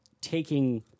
taking